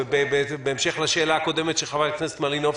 ובהמשך לשאלה הקודמת של חברת הכנסת מלינובסקי: